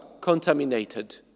contaminated